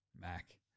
Mac